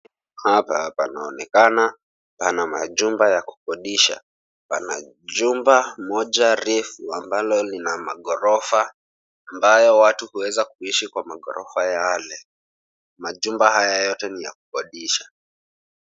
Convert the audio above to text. Hapa panaonekana pana majumba ya kukodisha. Pana jumba moja refu ambalo lina magorofa ambayo watu huweza kuishi kwa magorofa yale. Majumba haya yote ni ya kukodisha